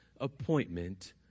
appointment